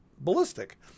ballistic